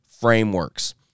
frameworks